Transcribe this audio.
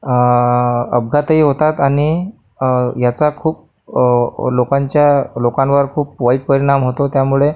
अपघात ही होतात आणि ह्याचा खूप लोकांच्या लोकांवर खूप वाईट परिणाम होतो त्यामुळे